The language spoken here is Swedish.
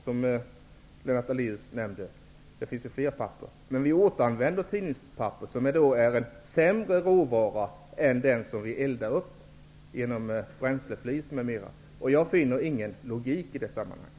Som Lennart Daléus nämnde finns det annat än tidningspapper som kan användas, och tidningspappret är sämre som råvara än bränsleflis m.m. som vi eldar med. Jag kan inte se någon logik i det sammanhanget.